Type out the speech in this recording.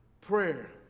prayer